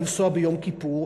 לנסוע ביום כיפור,